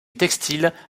textile